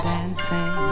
Dancing